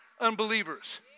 unbelievers